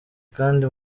kandi